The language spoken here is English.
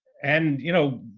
and, you know,